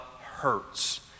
hurts